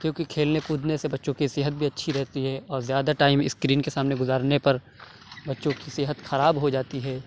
کیوں کہ کھیلنے کودنے سے بچوں کی صحت بھی اچھی رہتی ہے اور زیادہ ٹائم اسکرین کے سامنے گزارنے پر بچوں کی صحت خراب ہو جاتی ہے